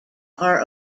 are